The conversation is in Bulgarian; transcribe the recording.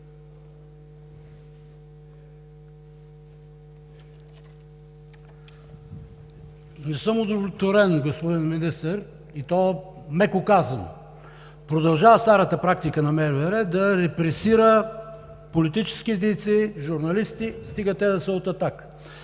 Не съм удовлетворен, господин Министър, и то меко казано. Продължава старата практика на МВР да репресира политически дейци и журналисти, стига те да са от „Атака“.